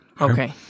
Okay